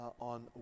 on